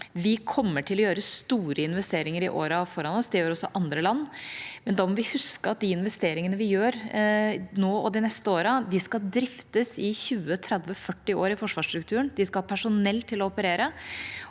Vi kommer til å gjøre store investeringer i årene vi har foran oss – det gjør også andre land – men da må vi huske at de investeringene vi gjør nå og de neste årene, skal driftes i 20–30– 40 år i forsvarsstrukturen. Vi skal også ha personell til å operere.